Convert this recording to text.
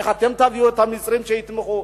איך תביאו את המצרים שיתמכו?